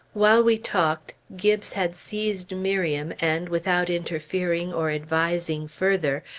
while we talked, gibbes had seized miriam and, without interfering or advising further,